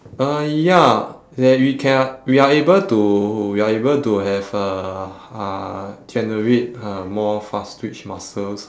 uh ya that we ca~ we are able to we are able to have uh uh generate uh more fast twitch muscles